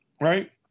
right